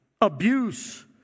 abuse